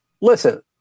Listen